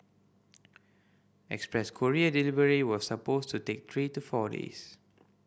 express courier delivery was supposed to take three to four days